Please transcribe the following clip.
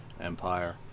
Empire